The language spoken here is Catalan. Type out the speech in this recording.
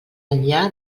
enllà